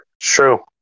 True